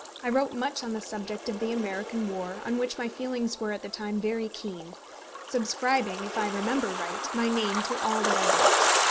i wrote much on the subject of the american war, on which my feelings were at the time very keen subscribing, if i remember right, my name to all that i wrote.